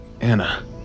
Anna